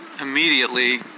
immediately